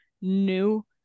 new